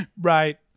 Right